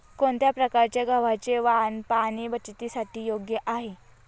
कोणत्या प्रकारचे गव्हाचे वाण पाणी बचतीसाठी योग्य आहे?